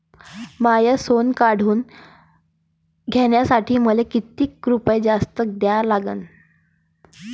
माय सोनं काढून घ्यासाठी मले कितीक रुपये जास्त द्या लागन?